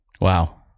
Wow